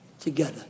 together